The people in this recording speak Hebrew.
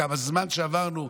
כמה זמן שעברנו,